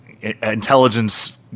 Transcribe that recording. intelligence